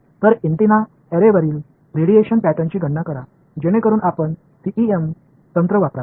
तर अँटेना अॅरेवरील रेडिएशन पॅटर्नची गणना करा जेणेकरून आपण सीईएम तंत्र वापराल